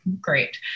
great